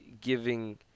giving